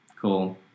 cool